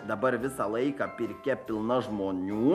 dabar visą laiką pirkia pilna žmonių